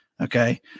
Okay